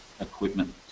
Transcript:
equipment